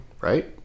right